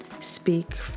speak